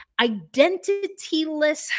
identityless